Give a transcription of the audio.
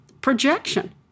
projection